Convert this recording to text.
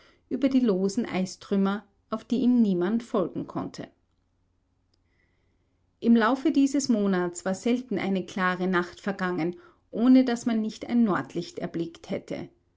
über die losen eistrümmer auf die ihm niemand folgen konnte im laufe dieses monats war selten eine klare nacht vergangen ohne daß man nicht ein nordlicht erblickt hätte